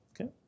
Okay